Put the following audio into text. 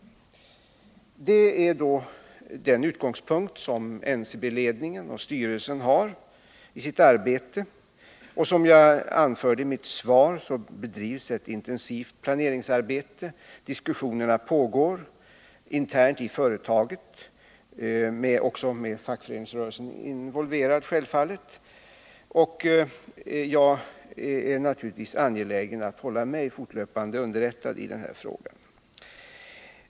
Det är den utgångspunkt som NCB:s ledning och styrelse har i sitt arbete. Som jag anförde i mitt svar, bedrivs ett intensivt planeringsarbete. Diskussioner pågår internt i företaget, självfallet också med fackföreningsrörelsen involverad. Jag är naturligtvis angelägen om att hålla mig fortlöpande underrättad i denna fråga.